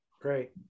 Great